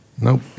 nope